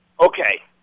Okay